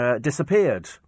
disappeared